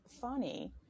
funny